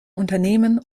unternehmen